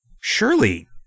surely